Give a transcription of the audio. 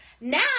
Now